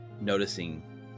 noticing